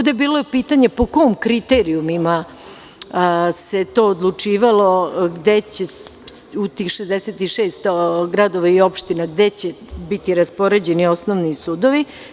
je bilo i pitanje po kojim kriterijumima se to odlučivalo gde će u tih 66 gradova i opština biti raspoređeni osnovni sudovi?